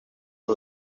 iyo